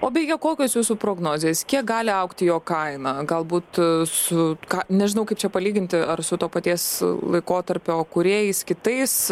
o beje kokios jūsų prognozės kiek gali augti jo kaina galbūt su ką nežinau kaip čia palyginti ar su to paties laikotarpio kūrėjais kitais